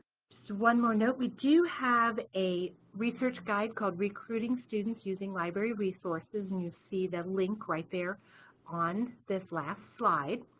one more note, we do have a research guide called recruiting students using library resources and you see that link right there on this last slide.